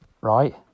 right